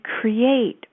create